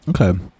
Okay